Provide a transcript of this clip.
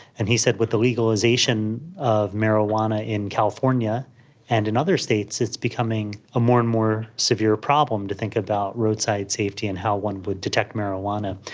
and he said with the legalisation of marijuana in california and in other states it's becoming a more and more severe problem to think about roadside safety and how one would detect marijuana.